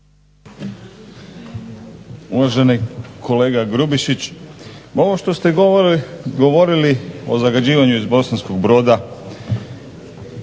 Uvaženi kolega Grubišić, ovo što ste govorili o zagađivanju iz Bosanskog Broda